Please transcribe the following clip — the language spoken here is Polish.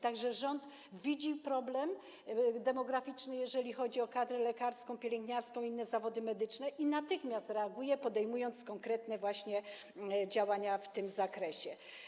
Tak że rząd widzi problem demograficzny, jeżeli chodzi o kadry lekarską, pielęgniarską i inne zawody medyczne, i natychmiast reaguje, podejmując konkretne działania w tym zakresie.